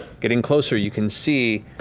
getting closer, you can see,